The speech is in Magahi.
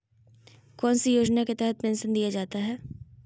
कौन सी योजना के तहत पेंसन दिया जाता है?